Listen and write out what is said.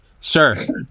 sir